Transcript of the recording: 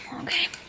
okay